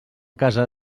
casa